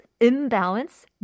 imbalance